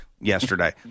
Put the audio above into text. yesterday